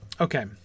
okay